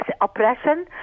oppression